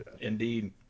Indeed